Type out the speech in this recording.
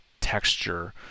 texture